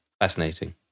fascinating